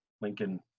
Lincoln